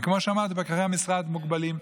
וכמו שאמרתי, פקחי המשרד מוגבלים.